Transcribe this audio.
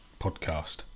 Podcast